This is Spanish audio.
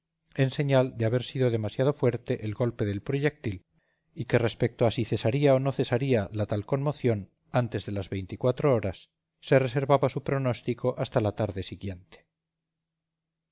en señal de haber sido demasiado fuerte el golpe del proyectil y que respecto a si cesaría o no cesaría la tal conmoción antes de las veinticuatro horas se reservaba su pronóstico hasta la tarde siguiente